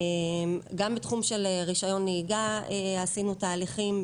גם בתחום של רישיון הנהיגה עשינו תהליכים,